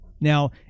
Now